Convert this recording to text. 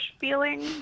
feeling